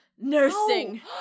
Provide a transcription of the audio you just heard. nursing